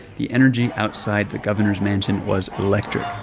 the energy outside the governor's mansion was electric